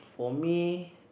for me